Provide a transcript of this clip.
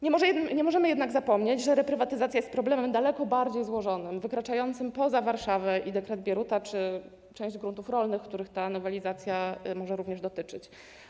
Nie możemy jednak zapomnieć, że reprywatyzacja jest problemem daleko bardziej złożonym, wykraczającym poza Warszawę i dekret Bieruta czy część gruntów rolnych, których ta nowelizacja może również dotyczyć.